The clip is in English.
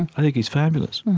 and i think he's fabulous.